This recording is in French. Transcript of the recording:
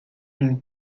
une